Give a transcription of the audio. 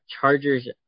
Chargers